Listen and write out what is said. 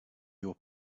your